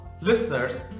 listeners